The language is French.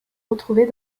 retrouvées